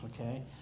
okay